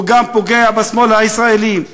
הוא גם פוגע בשמאל הישראלי,